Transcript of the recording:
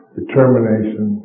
determination